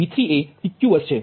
V3એ PQ bus છે